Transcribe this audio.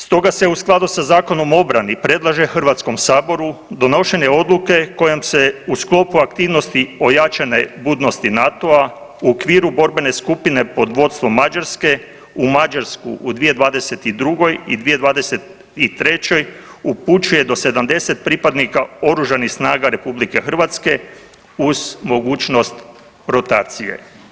Stoga se u skladu sa Zakonom o obrani predlaže Hrvatskom saboru donošenje odluke kojom se u sklopu aktivnosti ojačane budnosti NATO-a u okviru borbene skupine pod vodstvom Mađarske u Mađarsku u 2022. i 2023. upućuje do 70 pripadnika Oružanih snaga Republike Hrvatske uz mogućnost rotacije.